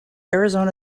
arizona